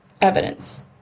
evidence